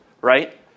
right